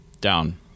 down